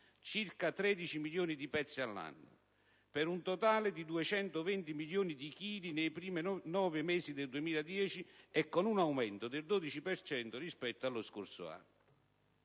(circa 13 milioni di pezzi all'anno), per un totale di 220 milioni di chili nei primi nove mesi del 2010, con un aumento del 12 per cento rispetto allo scorso anno».